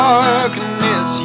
darkness